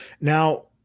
Now